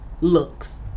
looks